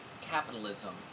capitalism